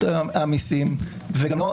לא מנהל רשות המיסים וגם לא